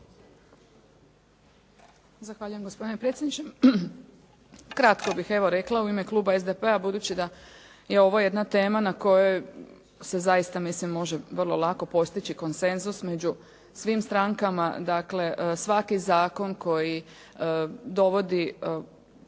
Zahvaljujem gospodine predsjedniče.